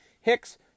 Hicks